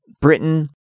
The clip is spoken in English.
Britain